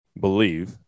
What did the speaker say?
believe